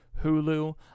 Hulu